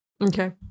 Okay